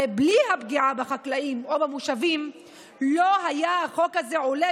הרי בלי הפגיעה בחקלאים או במושבים לא היה החוק הזה עולה